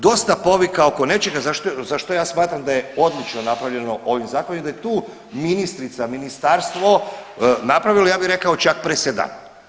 Dosta povika oko nečega za što ja smatram da je odlično napravljeno ovim zakonom i da je tu ministrica, ministarstvo napravilo ja bih rekao čak presedan.